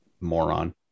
moron